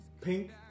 pink